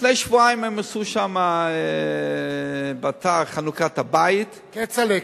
לפני שבועיים הם עשו שם באתר חנוכת הבית, כצל'ה,